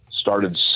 started